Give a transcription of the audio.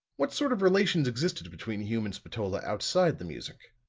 what sort of relations existed between hume and spatola outside the music?